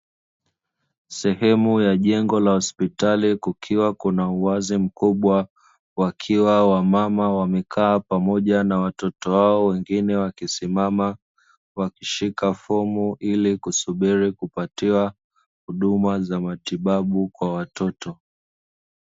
Sehemu ya jengo la hospitali kukiwa kuna uwazi mkubwa, wakiwa wamama wamekaa pamoja na watoto wao, wengine wamesimama wakishika fomu ili kupatiwa huduma ya matibabu kwa ajili ya watoto.